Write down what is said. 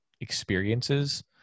experiences